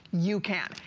you can!